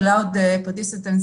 הינה, פתחתי.